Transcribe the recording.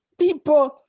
People